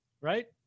Right